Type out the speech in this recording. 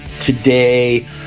Today